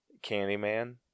Candyman